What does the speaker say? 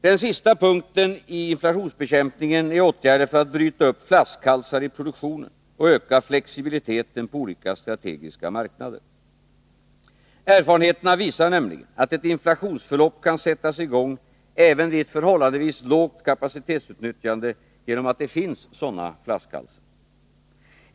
Den sista punkten i inflationsbekämpningen är åtgärder för att bryta upp flaskhalsar i produktionen och öka flexibiliteten på olika strategiska marknader. Erfarenheterna visar nämligen att ett inflationsförlopp kan sättas i gång även vid ett förhållandevis lågt kapacitetsutnyttjande genom att det finns sådana flaskhalsar.